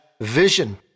vision